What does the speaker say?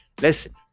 listen